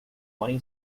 twenty